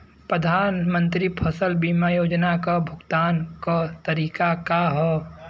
प्रधानमंत्री फसल बीमा योजना क भुगतान क तरीकाका ह?